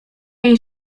jej